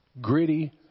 gritty